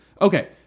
Okay